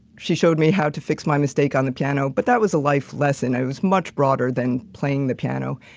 she showed me how to fix my mistake on the piano. but that was a life lesson, it was much broader than playing the piano.